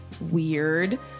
weird